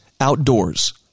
outdoors